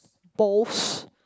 balls